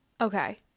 okay